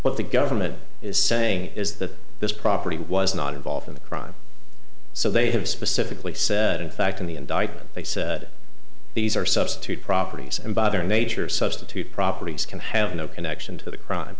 what the government is saying is that this property was not involved in the crime so they have specifically said in fact in the indictment they said these are substitute properties and by other major substitute properties can have no connection to the crime